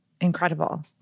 Incredible